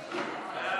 נגד?